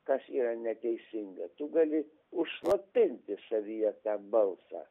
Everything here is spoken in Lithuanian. kas yra neteisinga tu gali užslopinti savyje tą balsą